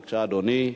בבקשה, אדוני,